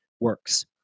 works